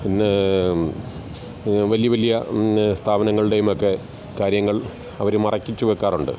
പിന്നെ വലിയ വലിയ സ്ഥാപനങ്ങളുടെയുമൊക്കെ കാര്യങ്ങൾ അവർ മറച്ചുവെയ്ക്കാറുണ്ട്